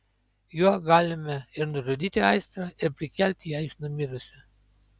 juo galime ir nužudyti aistrą ir prikelti ją iš numirusių